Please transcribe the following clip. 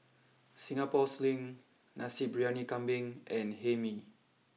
Singapore sling Nasi Briyani Kambing and Hae Mee